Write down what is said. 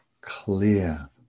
clear